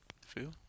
Feel